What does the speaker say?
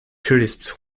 crisps